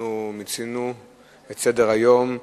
אנחנו מיצינו את סדר-היום,